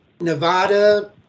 Nevada